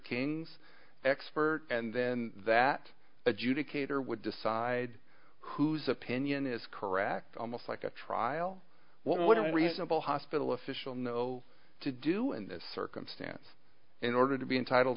king's expert and then that adjudicator would decide whose opinion is correct almost like a trial what would a reasonable hospital official know to do in this circumstance in order to be entitled